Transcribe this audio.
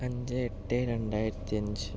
അഞ്ച് എട്ട് രണ്ടായിരത്തിയഞ്ച്